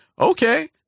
Okay